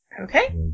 Okay